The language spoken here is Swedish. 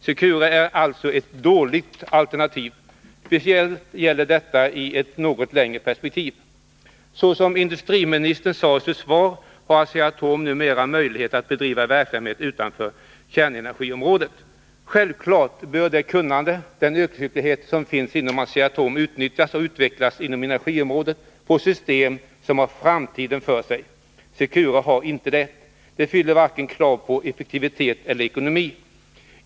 Secure är alltså ett dåligt alternativ. Speciellt gäller detta i ett något längre perspektiv. Såsom industriministern sade i sitt svar har Asea-Atom numera möjlighet att bedriva verksamhet utanför kärnenergiområdet. Självfallet bör det kunnande och den yrkesskicklighet som finns inom Asea-Atom utnyttjas och utvecklas inom energiområdet på system som har framtiden för sig. Secure har inte det. Det systemet uppfyller inte krav på vare sig effektivitet eller ekonomi.